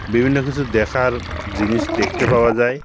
বিভিন্ন কিছু দেখার জিনিস দেখতে পাওয়া যায়